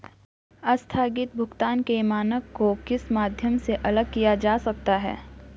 आस्थगित भुगतान के मानक को किस माध्यम से अलग किया जा सकता है?